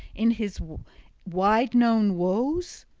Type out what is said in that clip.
in his wide-known woes?